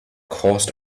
caused